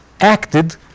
acted